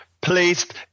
placed